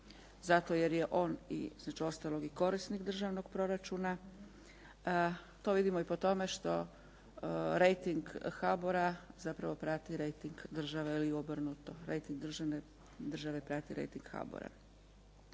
zato jer je on između ostalog i korisnik državnog proračuna. To vidimo i po tome što rejting HBOR-a zapravo prati rejting države ili obrnuto, rejting države prati rejting HBOR-a.